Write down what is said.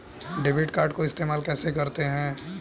Debit card को इस्तेमाल कैसे करते हैं?